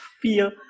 Feel